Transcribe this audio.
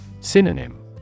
Synonym